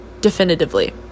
definitively